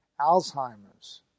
Alzheimer's